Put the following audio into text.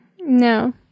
No